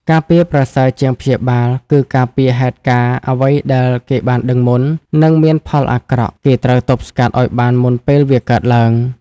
ការពារប្រសើរជាងព្យាបាលគឺការពារហេតុការណ៍អ្វីដែលគេបានដឺងមុន នឹងមានផលអាក្រក់ គេត្រូវទប់ស្កាត់អោយបានមុនពេលវាកើតឡើង។